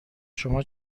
شما